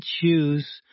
choose